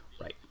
Right